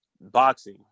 boxing